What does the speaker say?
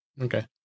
Okay